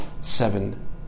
seven